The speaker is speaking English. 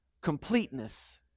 completeness